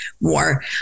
more